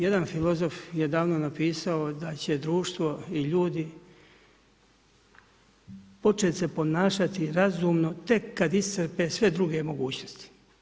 Jedan filozof je davno napisao, da će društvo i ljudi, početi se ponašati razumno, tek kada iscrpe druge mogućnosti.